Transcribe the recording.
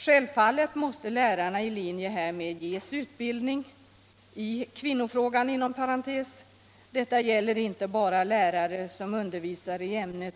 Självfallet måste lärarna i enlighet härmed ges utbildning i ”kvinnofrågan”. Detta gäller inte bara lärare som undervisar i ämnet